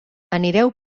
anireu